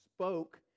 spoke